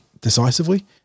decisively